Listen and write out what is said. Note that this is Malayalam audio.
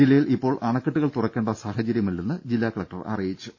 ജില്ലയിൽ ഇപ്പോൾ അണക്കെട്ടുകൾ തുറക്കേണ്ട സാഹചര്യമില്ലെന്ന് ജില്ലാ കലക്ടർ പറഞ്ഞു